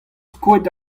skoet